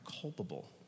culpable